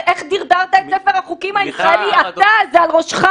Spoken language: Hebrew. את רוצה שאני אתחיל --- אמר את זה רוברט אילטוב,